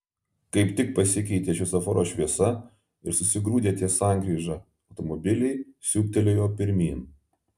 kaip tik pasikeitė šviesoforo šviesa ir susigrūdę ties sankryža automobiliai siūbtelėjo pirmyn